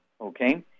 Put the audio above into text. Okay